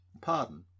pardon